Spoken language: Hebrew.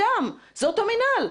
זה אותו מינהל.